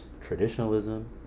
traditionalism